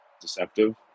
deceptive